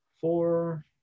four